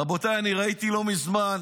רבותיי, אני ראיתי לא מזמן